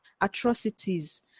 Atrocities